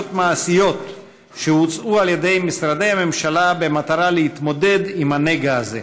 מעשיות שהוצעו על ידי משרדי הממשלה במטרה להתמודד עם הנגע הזה.